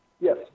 Yes